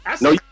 No